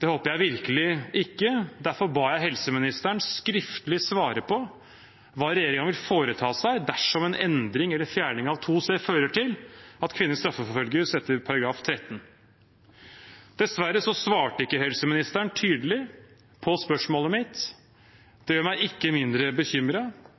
Det håper jeg virkelig ikke. Derfor ba jeg helseministeren skriftlig svare på hva regjeringen vil foreta seg dersom endring eller fjerning av § 2 c fører til at kvinner straffeforfølges etter § 13. Dessverre svarte ikke helseministeren tydelig på spørsmålet mitt. Det gjør meg ikke mindre